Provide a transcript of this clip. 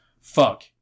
fuck